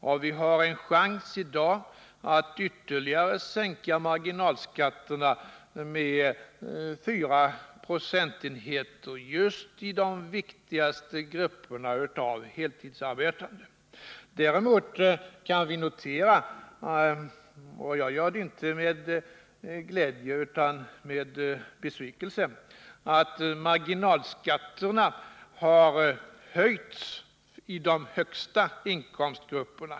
Och vi har i dag en chans att ytterligare sänka marginalskatterna med 4 procentenheter just i de viktigaste grupperna av heltidsarbetande. Däremot kan vi notera — och jag ör det inte med glädje utan med besvikelse — att marginalskatterna har höjts i de högsta inkomstgrupperna.